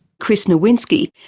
chris nowinski.